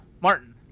Martin